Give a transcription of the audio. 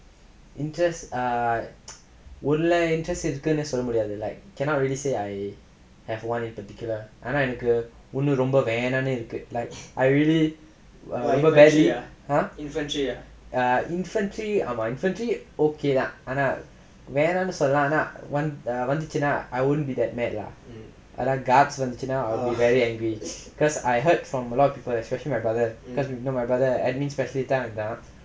interest ah ஒன்ல:onla interest இருக்குனு சொல்ல முடியாது:irukkunu solla mudiyathu like cannot really say I have one in particular ஆனா எனக்கு ஒன்னு ரொம்ப வேணான்னு இருக்கு:aanaa enakku onnu romba venaanu irukku like I really like whatever err infantry infantry okay lah ஆனா வேணானு சொல்லானா வன் வந்துச்சுனா:aana venaanu sollaanaa van vanthuchunaa I won't be that mad lah ஆனா:aanaa guards வந்துச்சுனா:vanthuchunaa I will be very angry cause I heard from a lot of people especially my brother because you know my brother admin specialist ah இருந்தான்:irunthaan right